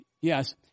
Yes